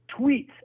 tweets